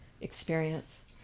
experience